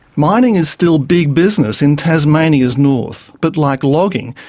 mining is still big business in tasmania's north, but like logging,